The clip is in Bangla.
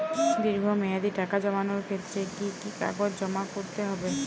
দীর্ঘ মেয়াদি টাকা জমানোর ক্ষেত্রে কি কি কাগজ জমা করতে হবে?